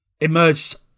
emerged